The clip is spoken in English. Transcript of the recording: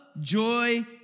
joy